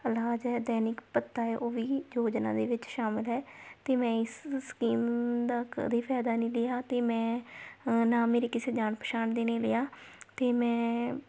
ਇਲਾਜ ਹੈ ਦੈਨਿਕ ਭੱਤਾ ਏ ਉਹ ਵੀ ਯੋਜਨਾ ਦੇ ਵਿੱਚ ਸ਼ਾਮਿਲ ਹੈ ਅਤੇ ਮੈਂ ਇਸ ਸਕੀਮ ਦਾ ਕਦੀ ਫਾਇਦਾ ਨਹੀਂ ਲਿਆ ਅਤੇ ਮੈਂ ਨਾ ਮੇਰੇ ਕਿਸੇ ਜਾਣ ਪਛਾਣ ਦੇ ਨੇ ਲਿਆ ਅਤੇ ਮੈਂ